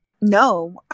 no